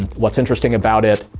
what's interesting about it,